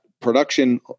production